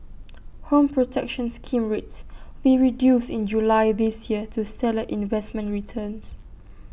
home protection scheme rates will reduced in July this year due stellar investment returns